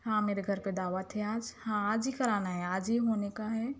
ہاں میرے گھر پہ دعوت ہے آج ہاں آج ہی کرانا ہے آج ہی ہونے کا ہے